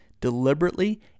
deliberately